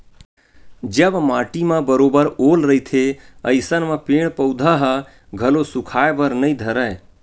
जब माटी म बरोबर ओल रहिथे अइसन म पेड़ पउधा ह घलो सुखाय बर नइ धरय